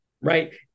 right